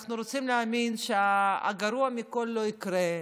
אנחנו רוצים להאמין שהגרוע מכול לא יקרה,